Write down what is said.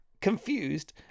Confused